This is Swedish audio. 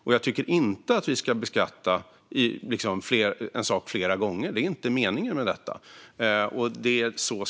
Vi ska inte beskatta en sak flera gånger; det är inte meningen med det här.